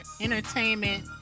entertainment